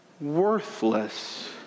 worthless